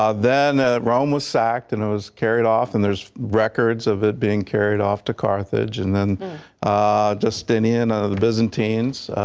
um then ah rome was sacked and it was carried off and there's records of it being carried off to carthage and then justin in ah the byzantines,